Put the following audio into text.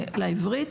ולעברית